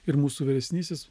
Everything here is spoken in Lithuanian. ir mūsų vyresnysis